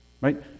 right